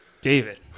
David